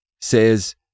Says